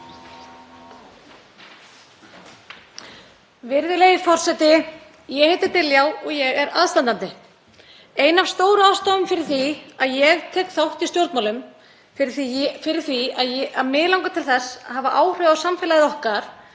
Virðulegi forseti. Ég heiti Diljá og ég er aðstandandi. Ein af stóru ástæðunum fyrir því að ég tek þátt í stjórnmálum, fyrir því að mig langar til þess að hafa áhrif á samfélagið okkar,